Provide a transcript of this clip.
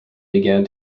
began